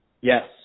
Yes